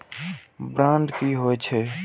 Bond की होई छै?